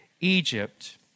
Egypt